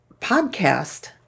podcast